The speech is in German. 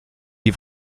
die